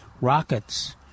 rockets